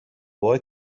boy